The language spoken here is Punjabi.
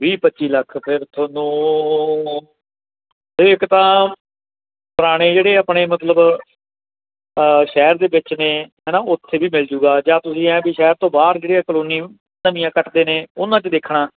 ਵੀਹ ਪੱਚੀ ਲੱਖ ਫਿਰ ਤੁਹਾਨੂੰ ਇੱਕ ਤਾਂ ਪੁਰਾਣੇ ਜਿਹੜੇ ਆਪਣੇ ਮਤਲਬ ਸ਼ਹਿਰ ਦੇ ਵਿੱਚ ਨੇ ਹੈ ਨਾ ਉੱਥੇ ਵੀ ਮਿਲ ਜੂਗਾ ਜਾਂ ਤੁਸੀਂ ਇਹ ਵੀ ਸ਼ਹਿਰ ਤੋਂ ਬਾਹਰ ਜਿਹੜੇ ਕਲੋਨੀ ਕੱਟਦੇ ਨੇ ਉਹਨਾਂ 'ਚ ਦੇਖਣਾ